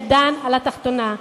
ידן על התחתונה.